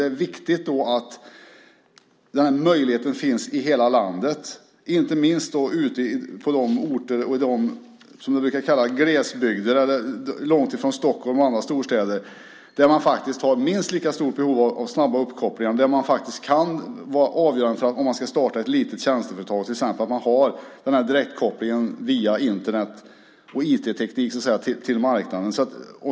Det är viktigt att den möjligheten finns i hela landet, inte minst ute på de orter och de glesbygder - långt från Stockholm och andra storstäder - där man faktiskt har minst lika stort behov av snabba uppkopplingar. Det kan faktiskt vara avgörande, till exempel om man ska starta ett litet tjänsteföretag, att man har en direktkoppling via Internet och IT till marknaden.